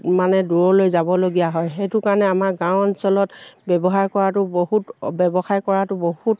মানে দূৰলৈ যাবলগীয়া হয় সেইটো কাৰণে আমাৰ গাঁও অঞ্চলত ব্যৱহাৰ কৰাটো বহুত ব্যৱসায় কৰাটো বহুত